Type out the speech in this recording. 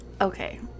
Okay